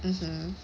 mmhmm